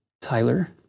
Tyler